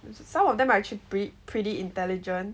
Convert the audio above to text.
some of them are actually pre~ pretty intelligent